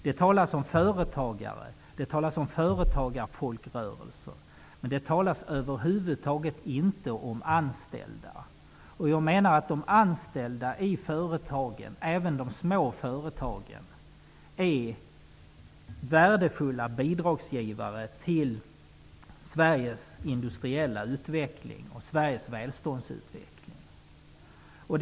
Det talas om företagare, företagarfolkrörelser. Men det talas över huvud taget inte om anställda. Jag menar att de anställda i företagen, även i de små företagen, är värdefulla bidragsgivare till Sveriges industriella utveckling och välståndsutveckling.